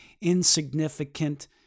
insignificant